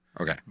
Okay